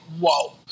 whoa